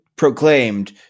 proclaimed